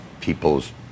people's